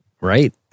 right